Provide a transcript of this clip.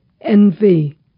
envy